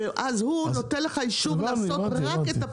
ואז הוא נותן לך אישור לעשות רק את הפתח.